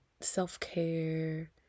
self-care